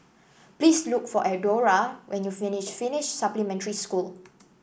please look for Eudora when you finish Finnish Supplementary School